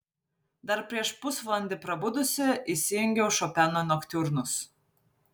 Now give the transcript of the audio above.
dar prieš pusvalandį prabudusi įsijungiau šopeno noktiurnus